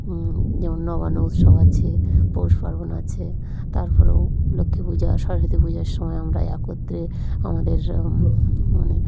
যেমন নবান্ন উৎসব আছে পৌষ পার্বণ আছে তারপরেও লক্ষ্মী পূজা সরস্বতী পূজার সময় আমরা একত্রে আমাদের মানে